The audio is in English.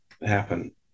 happen